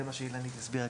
זה מה שאילנית הסבירה.